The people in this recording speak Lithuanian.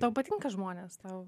tau patinka žmonės tau